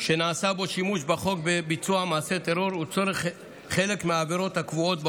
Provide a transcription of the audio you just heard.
שנעשה בו שימוש בביצוע מעשה טרור ולצורך חלק מהעבירות הקבועות בחוק.